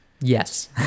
Yes